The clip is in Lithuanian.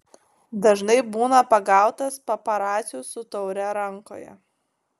dažnai būna pagautas paparacių su taure rankoje